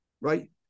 right